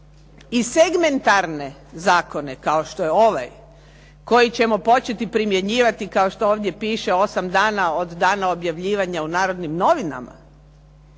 i segmentarne zakone kao što je ovaj koji ćemo početi primjenjivati kao što ovdje piše osam dana od dana objavljivanja u "Narodnim novinama".